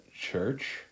church